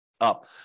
up